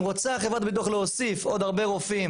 אם רוצה החברה להוסיף עוד הרבה רופאים